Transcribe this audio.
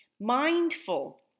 mindful